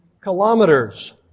kilometers